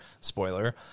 spoiler –